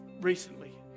Recently